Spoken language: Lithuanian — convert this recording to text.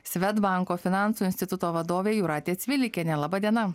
svedbanko finansų instituto vadovė jūratė cvilikienė laba diena